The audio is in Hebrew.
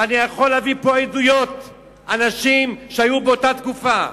ואני יכול להביא פה עדויות של אנשים שהיו באותה תקופה.